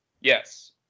Yes